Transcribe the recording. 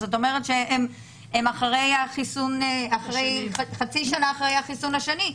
זאת אומרת שהם חצי שנה אחרי החיסון השני.